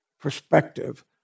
perspective